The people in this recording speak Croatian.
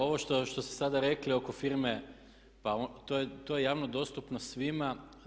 Ovo što ste sada rekli oko firme pa to je javno dostupno svima.